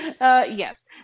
Yes